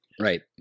Right